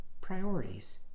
priorities